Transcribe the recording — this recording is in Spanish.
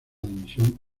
dimisión